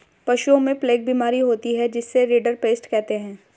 पशुओं में प्लेग बीमारी होती है जिसे रिंडरपेस्ट कहते हैं